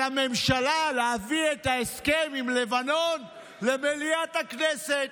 הממשלה להביא את ההסכם עם לבנון למליאת הכנסת.